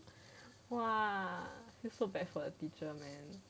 !wah! so bad for your teacher man